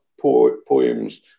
poems